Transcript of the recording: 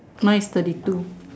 mine is thirty two